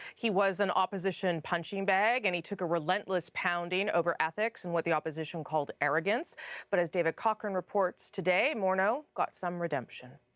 he was the and opposition punching bag and he took a relentless pounding over ethics and what the opposition called arrogance but as david cochrane reports, today morneau got some redemption.